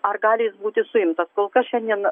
ar gali jis būti suimtas kol kas šiandien